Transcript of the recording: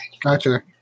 Gotcha